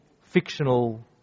fictional